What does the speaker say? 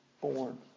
born